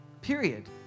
period